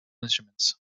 instruments